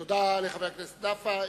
תודה לחבר הכנסת נפאע.